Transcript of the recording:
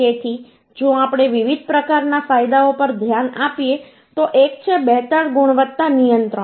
તેથી જો આપણે વિવિધ પ્રકારના ફાયદાઓ પર ધ્યાન આપીએ તો એક છે બહેતર ગુણવત્તા નિયંત્રણ